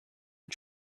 are